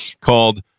called